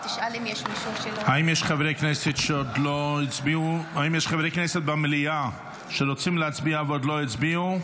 האם יש חברי כנסת במליאה שרוצים להצביע ועוד לא הצביעו?